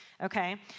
okay